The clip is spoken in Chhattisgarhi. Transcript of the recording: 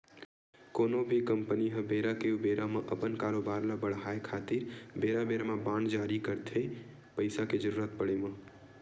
कोनो भी कंपनी ह बेरा के ऊबेरा म अपन कारोबार ल बड़हाय खातिर बेरा बेरा म बांड जारी करथे पइसा के जरुरत पड़े म